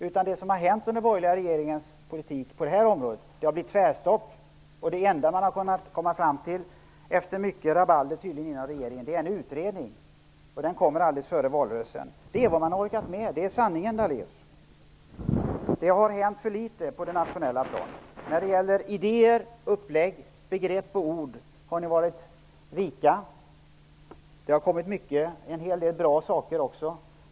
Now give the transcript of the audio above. Det som har hänt på området genom den borgerliga regeringens politik är att det har blivit tvärstopp. Det enda man har kunnat komma fram till, tydligen efter mycket rabalder, är en utredning. Den skall presenteras alldeles före valrörelsen. Sanningen är att detta är vad man har orkat med, Lennart Daléus. Det har hänt för litet på det nationella planet. När det gäller idéer, upplägg, begrepp och ord har ni varit rika. Det har kommit fram en hel del som är bra.